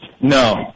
No